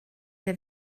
der